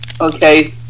Okay